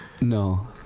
no